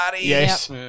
Yes